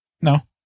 No